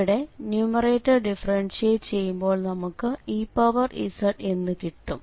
ഇവിടെ numerator differentiate ചെയ്യുമ്പോൾ നമുക്ക് ez എന്ന് കിട്ടും